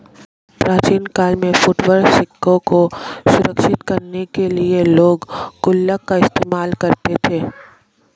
प्राचीन काल में फुटकर सिक्कों को सुरक्षित करने के लिए लोग गुल्लक का इस्तेमाल करते थे